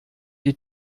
die